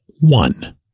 one